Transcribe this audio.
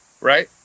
Right